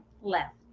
left